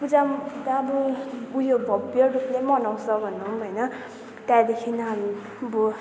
पूजा पनि त अब उयो भव्य रूपले मनाउँछ भनौँ होइन त्यहाँदेखि हामी अब